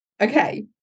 Okay